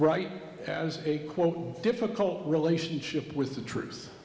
write has a quote difficult relationship with the tr